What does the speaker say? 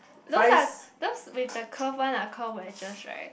those are those with the curve one are called wedges right